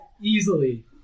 easily